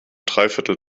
dreiviertel